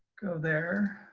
go there,